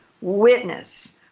witness